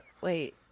wait